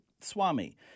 Swami